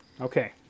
Okay